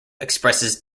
expresses